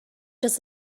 just